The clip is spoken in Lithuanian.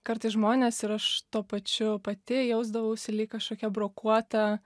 kartais žmonės ir aš tuo pačiu pati jausdavausi lyg kažkokia brokuota